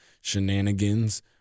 shenanigans